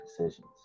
decisions